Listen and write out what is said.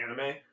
anime